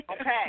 Okay